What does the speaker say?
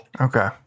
Okay